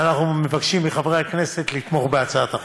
ואנחנו מבקשים מחברי הכנסת לתמוך בהצעת החוק.